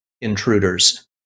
intruders